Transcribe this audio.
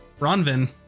Ronvin